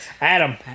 Adam